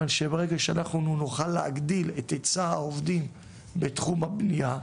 כאשר אנחנו נוכל להגדיל את היצע העובדים בתחום הבנייה,